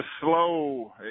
slow